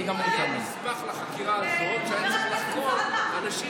היה נספח לחקירה הזו שהיה צריך לחקור אנשים